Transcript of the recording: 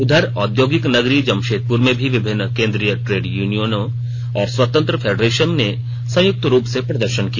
उधर औद्योगिक नगरी जमशेदपुर में भी विभिन्न केन्द्रीय ट्रेड यूनियनों और स्वतंत्र फेडरेशन ने संयुक्त रूप से प्रदर्शन किया